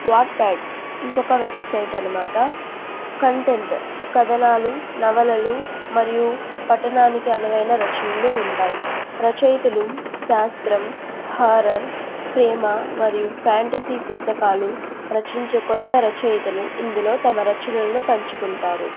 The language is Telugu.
వాట్ప్యాడ్ ఇంకొక వెబ్సైట్ అనమాట కంటెంట్ కథనాలు నవలలు మరియు పట్టణానికి అనువైన రచనలు ఉంటాయి రచయితలు శాస్త్రం హారర్ ప్రేమ మరియు ఫ్యాంటసీ పుస్తకాలు రచించే కొత్త రచయితలు ఇందులో తమ రచనలను పంచుకుంటారు